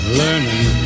learning